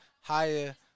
higher